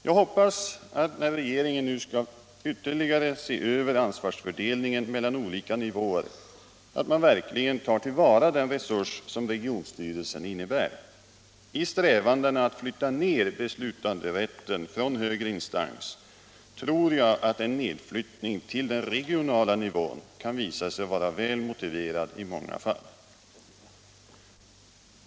Jag hoppas att man, när regeringen nu skall ytterligare se över ansvarsfördelningen mellan olika nivåer, verkligen tar till vara den resurs som regionstyrelsen innebär. I strävandena att flytta ned beslutanderätten från högre instans tror jag att en nedflyttning till den regionala nivån kan visa sig vara väl motiverad i många fall.